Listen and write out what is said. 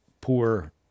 poor